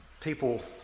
People